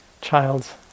child's